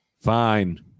fine